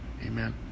Amen